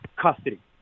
custody